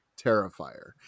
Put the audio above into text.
Terrifier